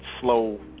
slow